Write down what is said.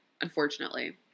unfortunately